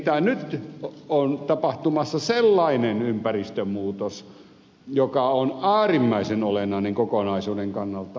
nimittäin nyt on tapahtumassa sellainen ympäristönmuutos joka on äärimmäisen olennainen kokonaisuuden kannalta